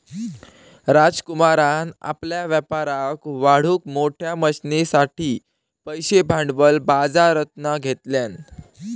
राजकुमारान आपल्या व्यापाराक वाढवूक मोठ्या मशनरींसाठिचे पैशे भांडवल बाजरातना घेतल्यान